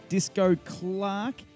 Disco-Clark